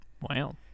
Wow